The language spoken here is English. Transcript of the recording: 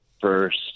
first